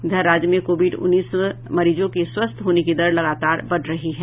इधर राज्य में कोविड उन्नीस मरीजों के स्वस्थ होने की दर लगातार बढ़ रही है